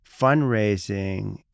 fundraising